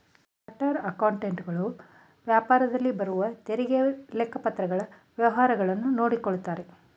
chartered accountant ಗಳು ವ್ಯಾಪಾರದಲ್ಲಿ ಬರುವ ತೆರಿಗೆ, ಲೆಕ್ಕಪತ್ರಗಳ ವ್ಯವಹಾರಗಳನ್ನು ನೋಡಿಕೊಳ್ಳುತ್ತಾರೆ